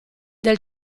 del